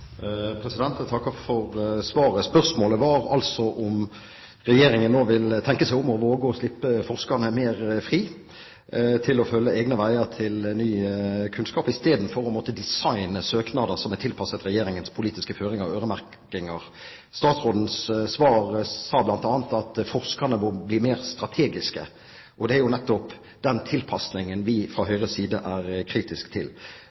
Jeg takker for svaret. Spørsmålet var altså om Regjeringen nå vil tenke seg om og våge å slippe forskerne mer fri til å følge egne veier til ny kunnskap, istedenfor å måtte designe søknader som er tilpasset Regjeringens politiske føringer og øremerkinger. Statsrådens sa i sitt svar bl.a. at forskerne må bli mer strategiske, og det er nettopp den tilpasningen vi fra Høyres side er kritiske til.